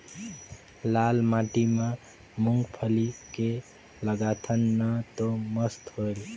लाल माटी म मुंगफली के लगाथन न तो मस्त होयल?